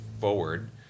forward